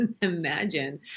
imagine